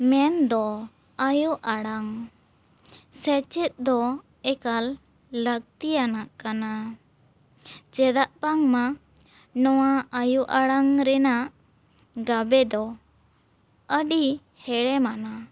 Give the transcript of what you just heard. ᱢᱮᱱ ᱫᱚ ᱟᱭᱳ ᱟᱲᱟᱝ ᱥᱮᱪᱮᱫ ᱫᱚ ᱮᱠᱟᱞ ᱞᱟᱹᱠᱛᱤᱭᱟᱱᱟᱜ ᱠᱟᱱᱟ ᱪᱮᱫᱟᱜ ᱵᱟᱝ ᱢᱟ ᱱᱚᱣᱟ ᱟᱭᱳ ᱟᱲᱟᱝ ᱨᱮᱱᱟᱜ ᱜᱟᱵᱮ ᱫᱚ ᱟᱹᱰᱤ ᱦᱮᱲᱮᱢ ᱟᱱᱟᱜ